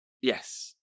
Yes